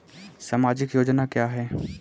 सामाजिक योजना क्या है?